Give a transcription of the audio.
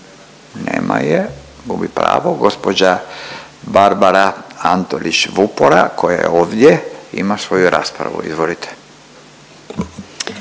Nema je, gubi pravo. Gđa. Barbara Antolić Vupora koja je ovdje ima svoju raspravu, izvolite.